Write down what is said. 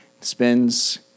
Spins